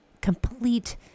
complete